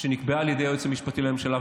שנקבעה על ידי היועץ המשפטי לממשלה.